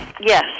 Yes